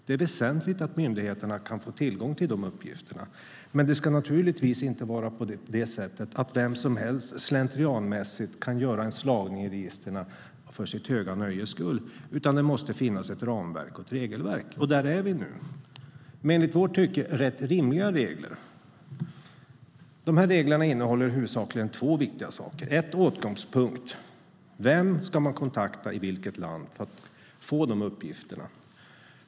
Det är väsentligt att myndigheterna kan få tillgång till de här uppgifterna, men det ska naturligtvis inte vara på det sättet att vem som helst slentrianmässigt kan göra en slagning i registren för sitt höga nöjes skull. Det måste finnas ett ramverk och ett regelverk. Där är vi nu, med i vårt tycke rätt rimliga regler. De här reglerna innehåller huvudsakligen två viktiga saker. Den första är åtkomstpunkt. Vem ska man kontakta i vilket land för att få uppgifterna?